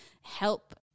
help